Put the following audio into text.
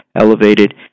elevated